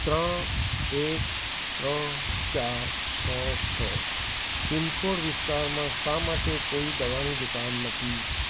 ત્રણ એક ત્રણ ચાર છ છ પિનકોડ વિસ્તારમાં શા માટે કોઈ દવાની દુકાન નથી